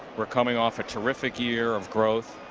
we're coming off a terrific year of growth,